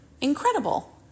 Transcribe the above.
incredible